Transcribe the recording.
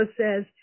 says